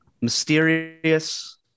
mysterious